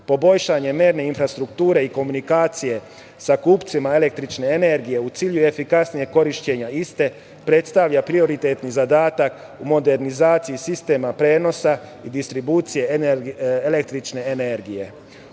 Poboljšanje merne infrastrukture i komunikacije sa kupcima električne energije, u cilju efikasnijeg korišćenja iste, predstavlja prioritetni zadatak u modernizaciji sistema prenosa, i distribucije električne energije.U